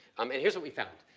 um and here's what we found.